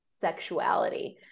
sexuality